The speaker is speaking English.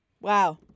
Wow